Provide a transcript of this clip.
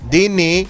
Dini